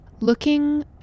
Looking